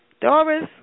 Doris